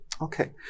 Okay